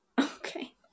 Okay